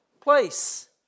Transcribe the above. place